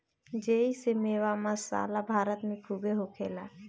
जेइसे मेवा, मसाला भारत मे खूबे होखेला